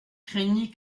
craignit